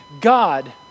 God